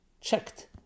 checked